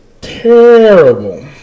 Terrible